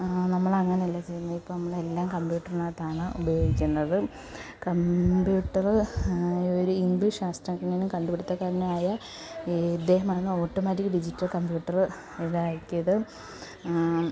നമ്മൾ അങ്ങനെ അല്ല ചെയ്യുന്നത് ഇപ്പോൾ നമ്മൾ എല്ലാം കമ്പ്യൂട്ടറിനകത്താണ് ഉപയോഗിക്കുന്നത് കമ്പ്യൂട്ടറ് ഒരു ഇംഗ്ലീഷ് ശാസ്ത്രജ്ഞനും കണ്ടുപിടിത്തക്കാരനും ആയ ഈ ഇദ്ദേഹമാണ് ഓട്ടോമാറ്റിക് ഡിജിറ്റൽ കമ്പ്യൂട്ടറ് ഇതാക്കിയത്